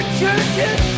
churches